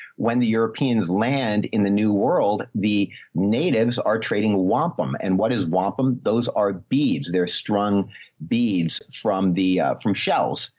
when the europeans land in the new world, the natives are trading wampum. and what is wampum? those are beads, they're strung beads from the, ah, from shells.